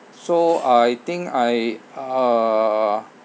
so I think I uh